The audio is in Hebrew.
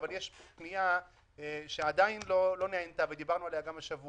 אבל יש פנייה שעדיין לא נענתה ודיברנו עליה גם השבוע: